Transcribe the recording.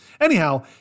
Anyhow